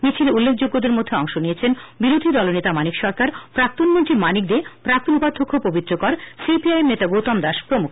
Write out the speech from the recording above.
মিছিলে উল্লেখ্যযোগ্যদের মধ্যে অংশ নিয়েছেন বিরোধীদল নেতা মানিক সরকার প্রাক্তন মন্ত্রী মানিক দে প্রাক্তন উপাধ্যক্ষ্য পবিত্র কর সিপিআইএম নেতা গৌতম দাস প্রমুখ